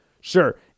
sure